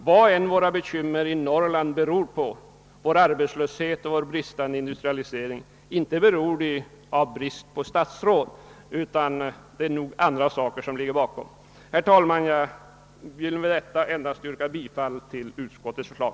Vad våra bekymmer i Norrland än beror på, det må gälla vår arbetslöshet eller bristande industrialisering, inte beror de på brist på statsråd utan det är nog andra saker som ligger bakom. Herr talman! Jag vill med detta endast yrka bifall till utskottets förslag.